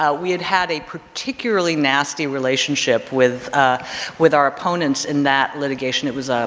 ah we had had a particularly nasty relationship with with our opponents in that litigation. it was a,